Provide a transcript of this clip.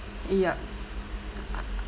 yup